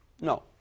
no